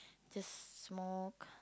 just smoke